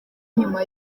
nyuma